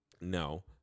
No